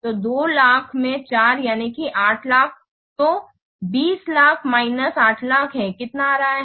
तो 200000 में 4 यानि कि 800000 तो 2000000 माइनस 800000 है कितना आ रहा है